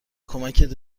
کمکت